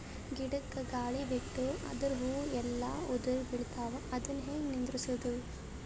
ಗಿಡಕ, ಗಾಳಿ ಬಿಟ್ಟು ಅದರ ಹೂವ ಎಲ್ಲಾ ಉದುರಿಬೀಳತಾವ, ಅದನ್ ಹೆಂಗ ನಿಂದರಸದು?